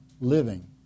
living